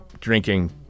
drinking